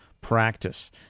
practice